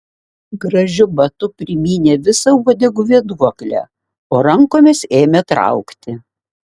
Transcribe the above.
gražiu batu primynė visą uodegų vėduoklę o rankomis ėmė traukti